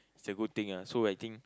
it's a good thing ah so I think